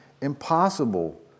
impossible